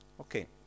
okay